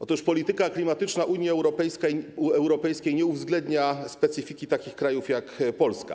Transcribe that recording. Otóż polityka klimatyczna Unii Europejskiej nie uwzględnia specyfiki takich krajów jak Polska.